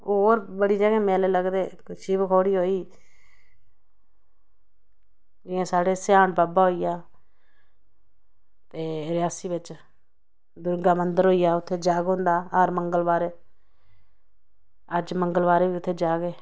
होर बड़ी जगाह् मेले लगदे शिवखोड़ी होई जियां साढ़े स्याढ़ बाबा होइया एह् रियासी बिच्च दुर्गा मन्दर होईया उत्थें जग होंदा हर मंगलबार अज्ज मंगलबारैं बी उत्थें जग ऐ